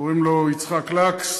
קוראים לו יצחק לקס.